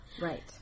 Right